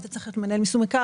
היית צריך ללכת ליישום מקרקעין,